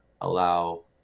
allow